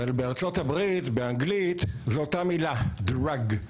אבל בארצות-הברית, באנגלית זו אותה מילה "דראג".